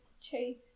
chase